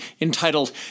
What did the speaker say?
entitled